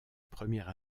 première